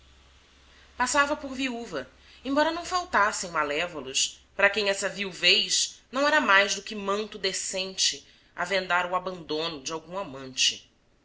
passava por viúva embora não faltassem malévolos para quem essa viuvez não era mais do que manto decente a vendar o abandono de algum amante